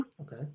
Okay